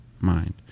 mind